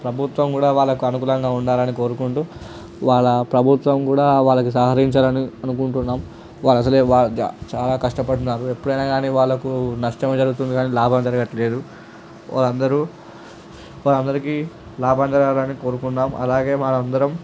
ప్రభుత్వం కూడా వాళ్ళకు అనుకూలంగా ఉండాలని కోరుకుంటూ వాళ్ళ ప్రభుత్వం కూడా వాళ్ళకి సహకరించాలని అనుకుంటున్నాం వాళ్ళు అసలే చాలా కష్టపడుతున్నారు ఎప్పుడైనా కాని వాళ్ళకు నష్టమే జరుగుతుంది కాని లాభం జరగట్లేదు వాళ్ళందరూ వాళ్ళందరికీ లాభం జరగాలని కోరుకుందాం అలాగే మన అందరం